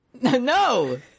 No